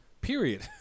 Period